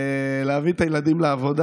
להביא את הילדים לעבודה.